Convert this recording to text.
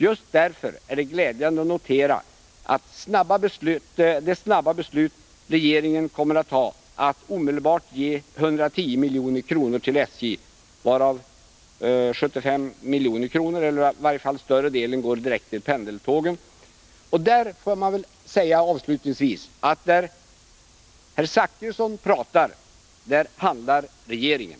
Just därför är det glädjande att notera det snabba beslut som regeringen fattat, att omedelbart ge 110 milj.kr. till SJ, varav 75 milj.kr. eller i varje fall större delen går direkt till pendeltågen. Avslutningsvis får man väl säga att där herr Zachrisson pratar, handlar regeringen.